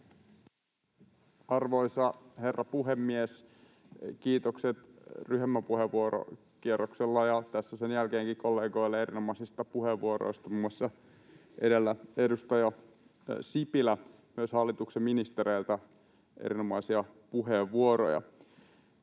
Arvoisa herra puhemies! Kiitokset ryhmäpuheenvuorokierroksella ja tässä sen jälkeenkin kollegoille erinomaisista puheenvuoroista — muun muassa edellä edustaja Sipilältä ja myös hallituksen ministereiltä erinomaisia puheenvuoroja.